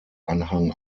anhang